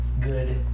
good